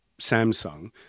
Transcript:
Samsung –